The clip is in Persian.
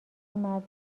مرد